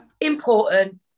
important